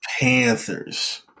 Panthers